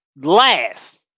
last